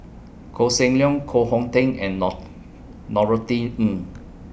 Koh Seng Leong Koh Hong Teng and Nor Norothy Ng